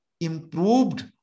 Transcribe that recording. improved